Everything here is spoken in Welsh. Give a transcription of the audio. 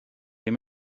ddim